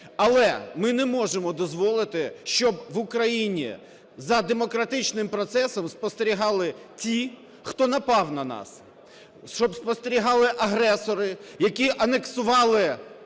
Але ми не можемо дозволити, щоб в Україні за демократичним процесом спостерігали ті, хто напав на нас, щоб спостерігали агресори, які анексували